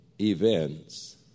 events